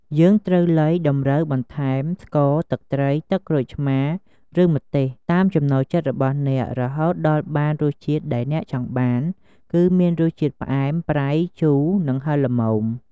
យើងត្រូវលៃតម្រូវបន្ថែម ស្ករ ទឹកត្រី ទឹកក្រូចឆ្មារ ឬម្ទេស តាមចំណូលចិត្តរបស់អ្នក រហូតដល់បានរសជាតិដែលអ្នកចង់បាន គឺមានរសជាតិផ្អែម ប្រៃ ជូរ និងហិរល្មម។